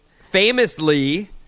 Famously